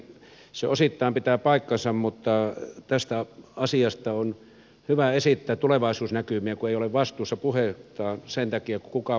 se osittain pitää paikkansa mutta tästä asiasta on hyvä esittää tulevaisuusnäkymiä kun ei ole vastuussa puheistaan sen takia kun kukaan muukaan ei tiedä